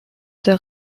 der